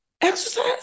exercise